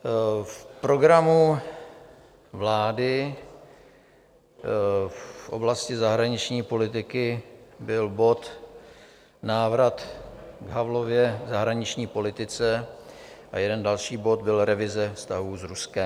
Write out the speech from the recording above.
V programu vlády v oblasti zahraniční politiky byl bod Návrat k Havlově zahraniční politice a jeden další bod byl Revize vztahů s Ruskem.